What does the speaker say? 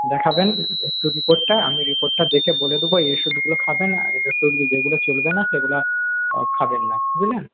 দেখাবেন একটু রিপোর্টটা আমি রিপোর্টটা দেখে বলে দেব এই ওষুধগুলো খাবেন আর যেগুলো চলবেনা সেগুলো খাবেন না বুঝলেন